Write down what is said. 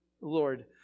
Lord